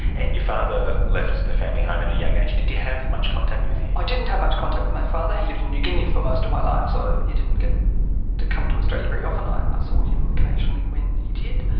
and your father left the family home at a young age. did you have much contact with him? i didn't have much contact with my father. he lived in new guinea for most of my life, so he didn't get to come to australia very often. i saw him occasionally when he did.